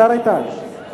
השר איתן, אתה שומע אותי?